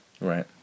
Right